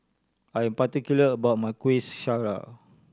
I am particular about my Kueh Syara